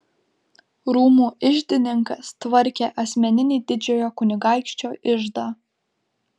rūmų iždininkas tvarkė asmeninį didžiojo kunigaikščio iždą